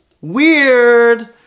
Weird